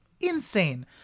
Insane